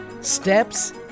steps